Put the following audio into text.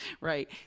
Right